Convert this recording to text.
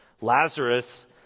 Lazarus